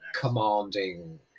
commanding